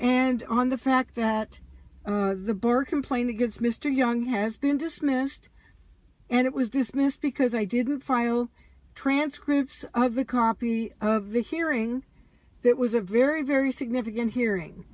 and on the fact that the birth complaint against mr young has been dismissed and it was dismissed because i didn't file transcripts i have a copy of the hearing that was a very very significant hearing